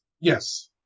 Yes